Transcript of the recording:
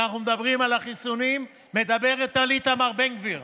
כשאנחנו מדברים על החיסונים היא מדברת על איתמר בן גביר.